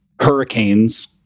hurricanes